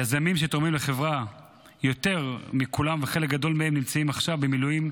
יזמים שתורמים לחברה יותר מכולם וחלק גדול מהם נמצאים עכשיו במילואים,